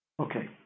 Okay